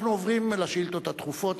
אנחנו עוברים לשאילתות הדחופות,